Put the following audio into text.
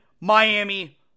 Miami